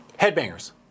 Headbangers